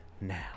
now